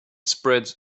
spread